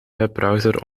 webbrowser